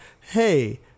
hey